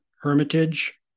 Hermitage